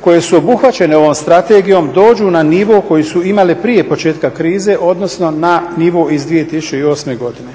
koje su obuhvaćene ovom strategijom dođu na nivo koji su imale prije početka krize, odnosno na nivo iz 2008. godine.